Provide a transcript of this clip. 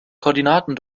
koordinaten